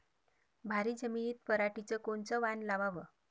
भारी जमिनीत पराटीचं कोनचं वान लावाव?